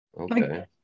Okay